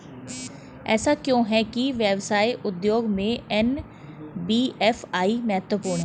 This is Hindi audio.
ऐसा क्यों है कि व्यवसाय उद्योग में एन.बी.एफ.आई महत्वपूर्ण है?